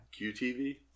QTV